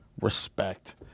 respect